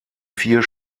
vier